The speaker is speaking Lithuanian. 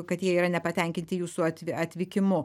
kad jie yra nepatenkinti jūsų atv atvykimu